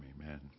amen